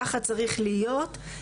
ככה צריך להיות.